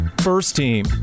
first-team